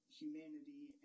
humanity